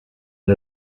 and